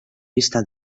vista